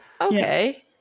Okay